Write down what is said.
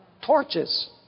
torches